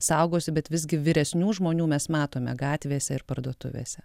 saugosi bet visgi vyresnių žmonių mes matome gatvėse ir parduotuvėse